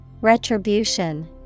Retribution